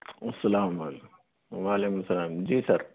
السلام علیکم و علیکم السلام جی سر